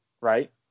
right